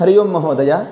हरि ओं महोदय